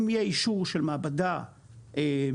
אם יהיה אישור של מעבדה מחו"ל,